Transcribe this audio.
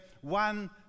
one